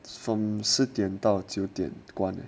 from 四点到九点关 leh